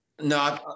No